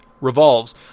revolves